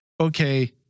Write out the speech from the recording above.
okay